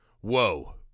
whoa